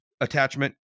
attachment